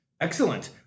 Excellent